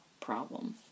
problem